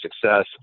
success